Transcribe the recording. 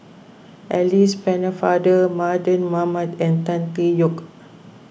Alice Pennefather Mardan Mamat and Tan Tee Yoke